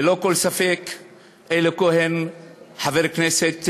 ללא כל ספק אלי כהן חבר כנסת פעיל.